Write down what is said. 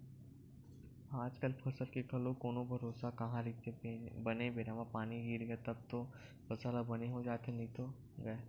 आजकल फसल के घलो कोनो भरोसा कहाँ रहिथे बने बेरा म पानी गिरगे तब तो फसल ह बने हो जाथे नइते गय